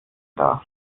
dar